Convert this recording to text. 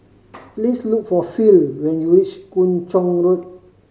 please look for Phil when you reach Kung Chong Road